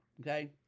Okay